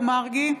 מרגי,